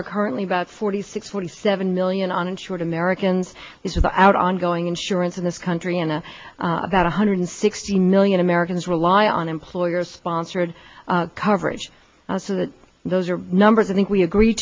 are currently about forty six forty seven million uninsured americans is about our ongoing insurance in this country and about one hundred sixty million americans rely on employer sponsored coverage so that those are numbers i think we agree